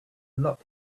lot